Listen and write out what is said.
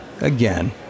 again